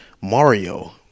mario